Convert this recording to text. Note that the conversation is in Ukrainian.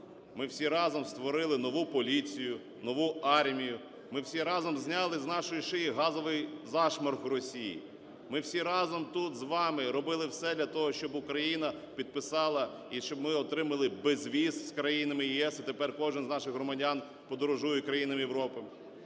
Ми всі разом створили нову поліцію, нову армію. Ми всі разом зняли з нашої шиї газовий зашморг Росії. Ми всі разом тут з вами робили все для того, щоб Україна підписала і щоб ми отримали безвіз з країнами ЄС, і тепер кожен з наших громадян подорожуєкраїнами Європи.